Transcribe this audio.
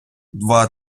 два